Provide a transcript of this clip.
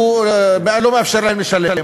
שהוא לא מאפשר להן לשלם.